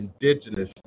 indigenous